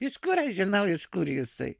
iš kur aš žinau kur jisai